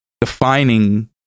defining